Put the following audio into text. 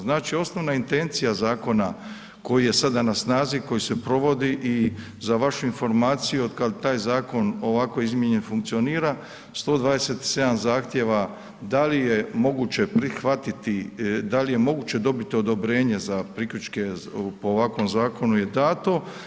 Znači osnovna intencija zakona koji je sada na snazi koji se provodi i za vašu informaciju otkad taj zakon ovako izmijenjen funkcionira 127 zahtjeva da li je moguće prihvatiti, da li je moguće dobiti odobrenje za priključke po ovakvom zakonu je dano.